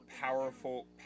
powerful